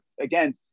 again